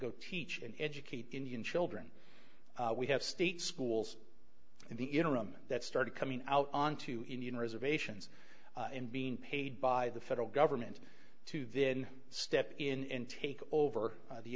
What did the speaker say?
go teach and educate indian children we have state schools in the interim that started coming out onto indian reservations and being paid by the federal government to then step in and take over the